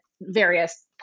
various